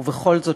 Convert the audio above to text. ובכל זאת,